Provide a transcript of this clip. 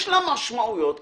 יש לה משמעויות כספיות,